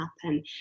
happen